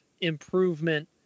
improvement